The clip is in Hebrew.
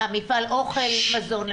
מפעל אוכל, מזון.